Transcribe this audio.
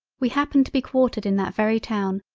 we happened to be quartered in that very town,